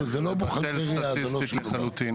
זה לא בוכלטריה, זה לא שום דבר.